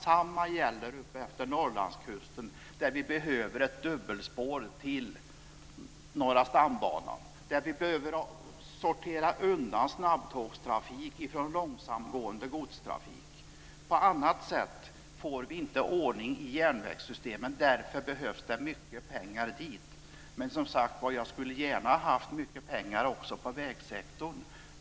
Detsamma gäller utmed Norrlandskusten, där vi behöver ett dubbelspår till Norra stambanan. Vi behöver sortera undan snabbtågstrafik från långsamgående godstrafik. På annat sätt får vi inte ordning i järnvägssystemen. Därför behövs det mycket pengar dit. Men, som sagt var, jag skulle gärna ha haft mycket pengar också till vägsektorn.